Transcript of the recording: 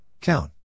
count